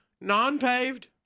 non-paved